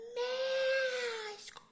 mask